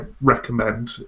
recommend